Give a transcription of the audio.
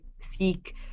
seek